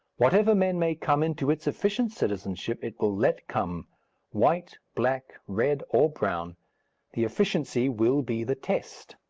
whatever men may come into its efficient citizenship it will let come white, black, red, or brown the efficiency will be the test.